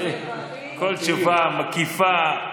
כל תשובה מקיפה.